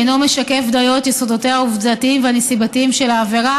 ואינו משקף דיו את יסודותיה העובדתיים והנסיבתיים של העבירה